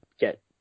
get